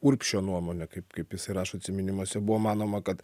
urbšio nuomone kaip kaip jisai rašo atsiminimuose buvo manoma kad